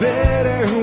better